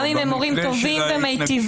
גם אם הם הורים טובים ומיטיבים,